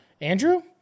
Andrew